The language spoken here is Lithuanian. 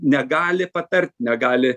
negali patart negali